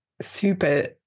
super